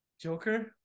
Joker